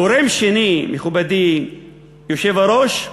גורם שני, מכובדי היושב-ראש,